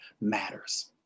matters